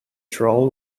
troll